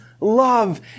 Love